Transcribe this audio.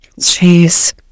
Jeez